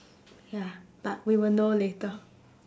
ya but we will know later